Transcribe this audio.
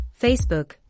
Facebook